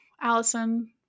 Allison